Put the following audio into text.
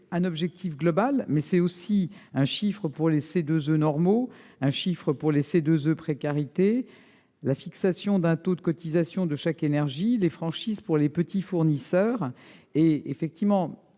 un objectif global, mais aussi un chiffre pour les CEE normaux, un autre pour les CEE précarité, la fixation d'un taux de cotisation de chèque énergie et des franchises pour les petits fournisseurs. Le niveau